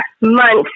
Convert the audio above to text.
months